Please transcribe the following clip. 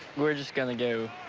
we're just gonna go